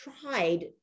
tried